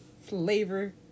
flavor